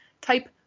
type